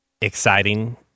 exciting